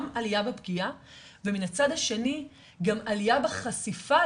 גם עליה בפגיעה ומן הצד השני גם עליה בחשיפה,